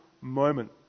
moment